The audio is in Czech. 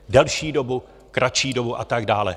Delší dobu, kratší dobu a tak dále.